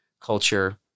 culture